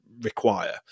require